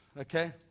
okay